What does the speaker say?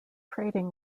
trading